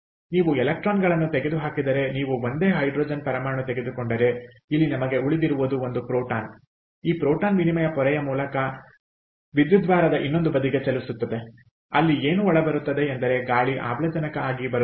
ನೀವು ಎಲೆಕ್ಟ್ರಾನ್ಗಳನ್ನು ತೆಗೆದುಹಾಕಿದರೆ ನೀವು ಒಂದೇ ಹೈಡ್ರೋಜನ್ ಪರಮಾಣು ತೆಗೆದುಕೊಂಡರೆಇಲ್ಲಿ ನಮಗೆ ಉಳಿದಿರುವುದು ಒಂದು ಪ್ರೋಟಾನ್ ಈ ಪ್ರೋಟಾನ್ ವಿನಿಮಯ ಪೊರೆಯ ಮೂಲಕ ವಿದ್ಯುದ್ವಾರದ ಇನ್ನೊಂದು ಬದಿಗೆ ಚಲಿಸುತ್ತದೆ ಅಲ್ಲಿ ಏನು ಒಳ ಬರುತ್ತದೆ ಎಂದರೆ ಗಾಳಿ ಆಮ್ಲಜನಕ ಆಗಿ ಬರುತ್ತದೆ